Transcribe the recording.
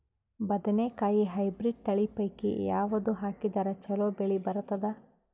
ಬದನೆಕಾಯಿ ಹೈಬ್ರಿಡ್ ತಳಿ ಪೈಕಿ ಯಾವದು ಹಾಕಿದರ ಚಲೋ ಬೆಳಿ ಬರತದ?